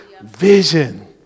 vision